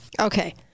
okay